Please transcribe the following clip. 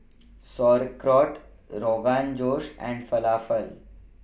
Sauerkraut Rogan Josh and Falafel